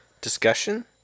Discussion